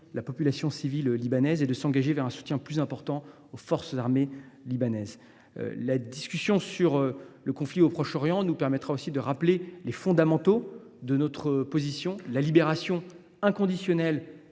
la population libanaise et de s’engager en faveur d’un soutien plus important envers les forces armées libanaises. La discussion sur le conflit au Proche Orient nous permettra de rappeler les fondamentaux de notre position : libération inconditionnelle